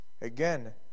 Again